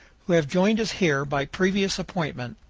who have joined us here by previous appointment,